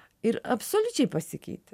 ir absoliučiai pasikeitė